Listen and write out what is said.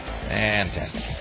Fantastic